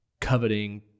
coveting